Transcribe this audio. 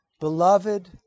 Beloved